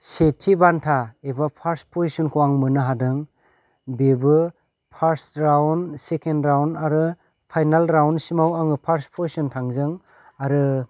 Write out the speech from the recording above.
सेथि बान्था एबा फार्स पजिसनखौ आं मोननो हादों बेबो फार्स रावन सेकेण्ड रावन आरो फाइनाल रावनसिमाव आङो फार्स पजिसन थांदों आरो